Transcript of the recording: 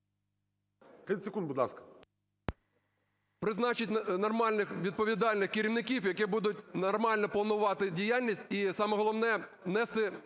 30 секунд, будь ласка,